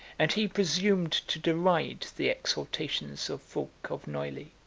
and he presumed to deride the exhortations of fulk of neuilly,